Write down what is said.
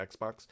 Xbox